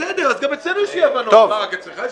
בסדר, אז גם אצלנו יש אי-הבנות, לא רק אצלך.